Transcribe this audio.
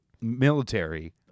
military